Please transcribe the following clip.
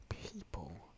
People